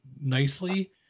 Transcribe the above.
nicely